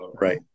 right